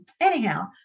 anyhow